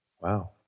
Wow